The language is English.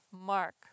Mark